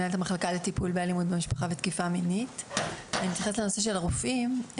אני אתייחס לנושא של הרופאים.